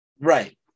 Right